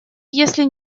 если